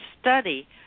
study